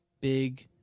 big